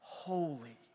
Holy